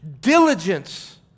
Diligence